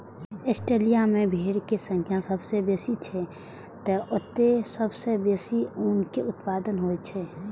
Australia मे भेड़क संख्या सबसं बेसी छै, तें ओतय सबसं बेसी ऊनक उत्पादन होइ छै